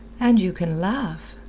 and you can laugh!